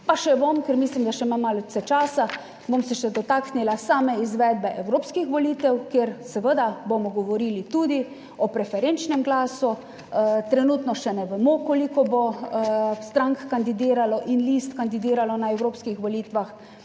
še bom, ker mislim, da še ima malce časa. Bom se še dotaknila same izvedbe evropskih volitev, kjer seveda bomo govorili tudi o preferenčnem glasu. Trenutno še ne vemo, koliko bo strank kandidiralo in list kandidiralo na evropskih volitvah.